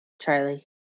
Charlie